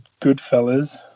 Goodfellas